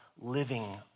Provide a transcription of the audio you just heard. living